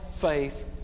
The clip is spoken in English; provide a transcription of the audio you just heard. faith